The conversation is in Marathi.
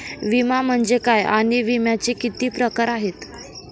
विमा म्हणजे काय आणि विम्याचे किती प्रकार आहेत?